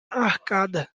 arcada